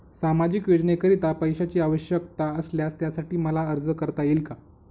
सामाजिक योजनेकरीता पैशांची आवश्यकता असल्यास त्यासाठी मला अर्ज करता येईल का?